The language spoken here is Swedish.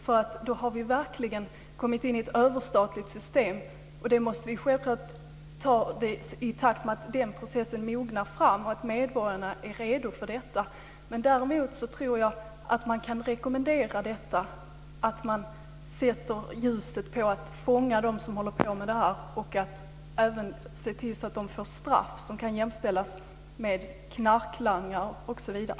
Då kommer vi verkligen in i ett överstatligt system. Vi måste gå fram i takt med att processen mognar fram och i takt med vad medborgarna är redo att acceptera. Däremot tror jag att man kan rekommendera att ljuset sätts på att fånga in dem som håller på med det här och även att vi ser till att de får straff som kan jämföras med straffen för knarklangare osv.